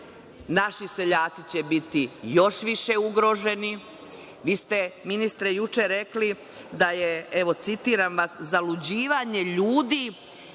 Naši seljaci će biti još više ugroženi. Vi ste, ministre, juče rekli da je, evo citiram vas, zaluđivanje ljudi